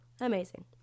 Amazing